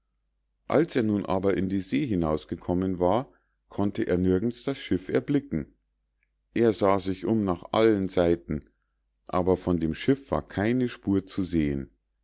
als er nun aber in die see hinausgekommen war konnte er nirgends das schiff erblicken er sah sich um nach allen seiten aber von dem schiff war keine spur zu sehen